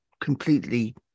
completely